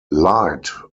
light